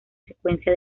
secuencia